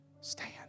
Stand